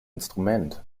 instrument